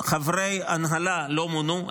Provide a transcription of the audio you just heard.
חברי הנהלה לא מונו,